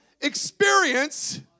experience